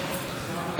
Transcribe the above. אדוני היושב-ראש,